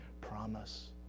promise